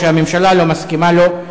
או שהממשלה לא מסכימה לו.